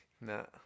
No